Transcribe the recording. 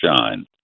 shine